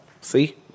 See